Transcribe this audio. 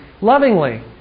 lovingly